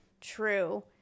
true